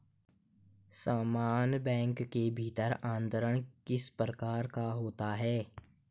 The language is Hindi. समान बैंक के भीतर अंतरण किस प्रकार का होता है?